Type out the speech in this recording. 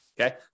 okay